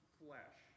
flesh